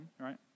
Right